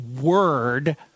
word